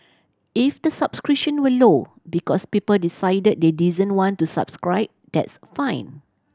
if the subscription were low because people decided they didn't want to subscribe that's fine